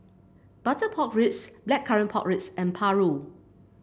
Butter Pork Ribs Blackcurrant Pork Ribs and paru